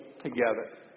together